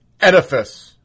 Edifice